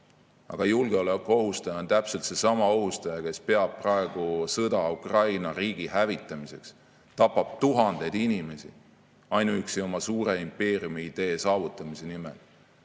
Aga julgeoleku ohustaja on täpselt seesama ohustaja, kes peab praegu sõda Ukraina riigi hävitamiseks, tapab tuhandeid inimesi ainuüksi oma suure impeeriumi idee saavutamise nimel.